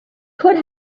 could